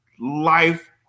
life